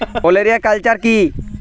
ওলেরিয়া কালচার কি?